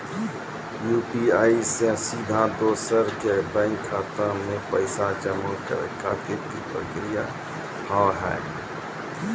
UPI से सीधा दोसर के बैंक खाता मे पैसा जमा करे खातिर की प्रक्रिया हाव हाय?